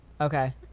Okay